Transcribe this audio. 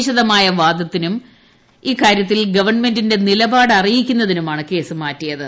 വിശ്ദ്മാൃയ വാദത്തിനും ഇക്കാരൃത്തിൽ ഗവൺമെന്റിന്റെ നിലപാട് അറിയിക്കുന്നതിനുമാണ് കേസ് മാറ്റിയത്